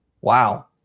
Wow